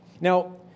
Now